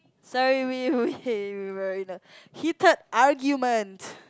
sorry we we we were in a heated argument